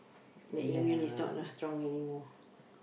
like immune is not as strong anymore